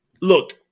Look